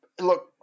look